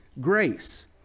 grace